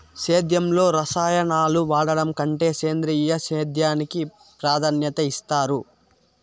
సేద్యంలో రసాయనాలను వాడడం కంటే సేంద్రియ సేద్యానికి ప్రాధాన్యత ఇస్తారు